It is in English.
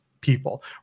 people